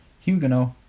Huguenot